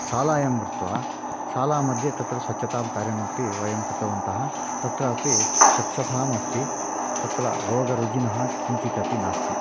शालायां गत्वा शाला मध्ये तत्र स्वच्छता कार्यमपि वयं कृतवन्तः तत्रापि स्वच्छता अस्ति तत्र रोगरुग्णः किञ्चिदपि नास्ति